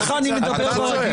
ככה אני מדבר ברגיל.